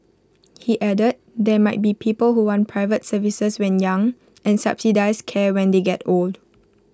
he added there might be people who want private services when young and subsidised care when they get old